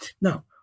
Now